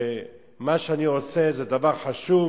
שמה שאני עושה זה דבר חשוב